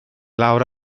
lawr